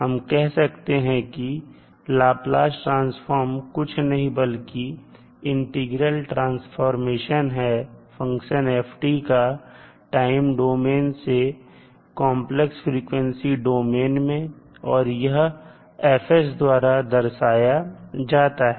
हम कह सकते हैं कि लाप्लास ट्रांसफॉर्म कुछ नहीं बल्कि इंटीग्रल ट्रांसफॉरमेशन है फंक्शन f का टाइम डोमेन से कांप्लेक्स फ्रिकवेंसी डोमेन में और यह F द्वारा दर्शाया जाता है